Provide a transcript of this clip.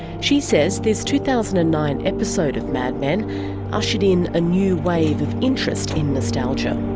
she says this two thousand and nine episode of mad men ah ushered in a new wave of interest in nostalgiakrystine